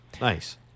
Nice